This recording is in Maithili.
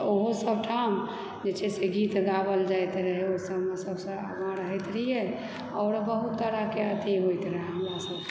ओहो सब ठाम जे छै से गीत गाओल जाइत रहय ओहि सबमेंँ सबसँ आगाँ रहैत रहियै आओर बहुत तरहकेँ अथी होइत रहय हमरासबकेँ